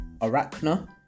arachna